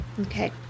Okay